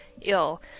ill